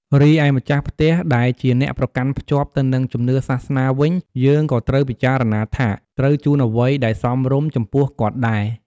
រីឯម្ចាស់ផ្ទះដែលជាអ្នកប្រកាន់ភ្ជាប់ទៅនឹងជំនឿសាសនាវិញយើងក៏ត្រូវពិចារណាថាត្រូវជូនអ្វីដែលសមរម្យចំពោះគាត់ដែរ។